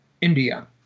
India